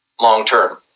long-term